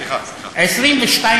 סליחה, סליחה.